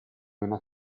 una